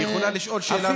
היא יכולה לשאול שאלה נוספת.